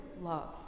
love